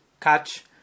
catch